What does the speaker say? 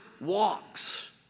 walks